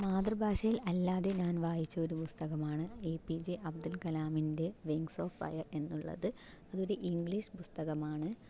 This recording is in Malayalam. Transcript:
മാതൃ ഭാഷയിൽ അല്ലാതെ ഞാൻ വായിച്ച ഒരു പുസ്തകമാണ് എ പി ജെ അബ്ദുൽകലാമിൻ്റെ വിങ്സ് ഓഫ് ഫയർ എന്നുള്ളത് അത് ഒരു ഇംഗ്ലീഷ് പുസ്തകമാണ്